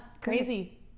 Crazy